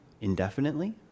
indefinitely